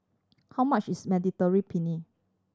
how much is Mediterranean Penne